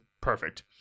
Perfect